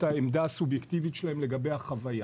את העמדה הסובייקטיבית שלהם לגבי החוויה.